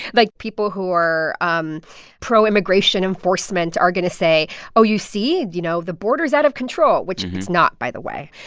like, people who are um pro-immigration enforcement are going to say oh, you see you know, the border's out of control, which it's not, by the way.